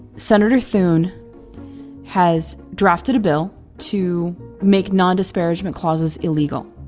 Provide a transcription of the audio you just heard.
senator thune has drafted a bill to make non-disparagement clauses illegal.